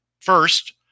First